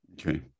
Okay